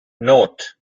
note